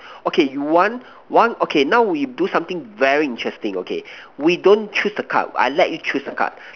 okay one one okay now we do something very interesting okay we don't choose the card I let you choose the card